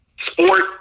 sport